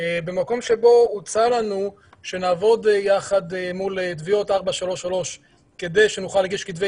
במקום שבו הוצע לנו שנעבוד יחד מול תביעות 433 כדי שנוכל להגיש כתבי